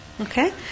Okay